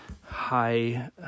high